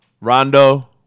Rondo